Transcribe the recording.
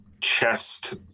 chest